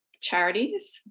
charities